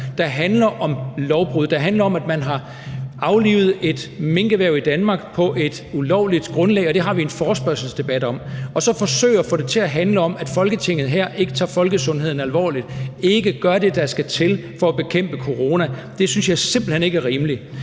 der handler om lovbrud, der handler om, at man har aflivet et minkerhverv i Danmark på et ulovligt grundlag – det har vi en forespørgselsdebat om – og forsøge at få det til at handle om, at Folketinget her ikke tager folkesundheden alvorligt, ikke gør det, der skal til, for at bekæmpe corona, synes jeg simpelt hen ikke er rimeligt.